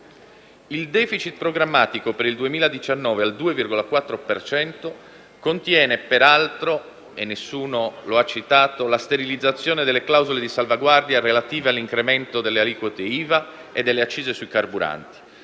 Il *deficit* programmatico per il 2019 al 2,4 per cento contiene peraltro - e nessuno lo ha citato - la sterilizzazione delle clausole di salvaguardia relative all'incremento delle aliquote IVA e delle accise sui carburanti,